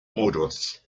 muros